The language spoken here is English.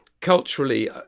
culturally